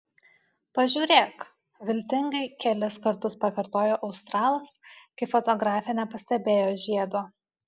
pažiūrėk viltingai kelis kartus pakartojo australas kai fotografė nepastebėjo žiedo